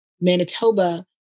Manitoba